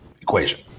equation